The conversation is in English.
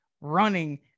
running